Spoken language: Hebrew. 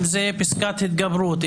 אם זה פסקת התגברות,